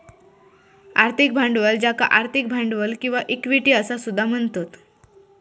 आर्थिक भांडवल ज्याका आर्थिक भांडवल किंवा इक्विटी असा सुद्धा म्हणतत